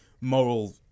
moral